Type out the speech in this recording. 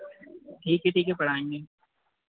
ठीक है ठीक है पढ़ाएँगे